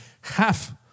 half